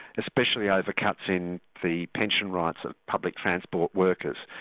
especially over cuts in the pension rights of public transport workers,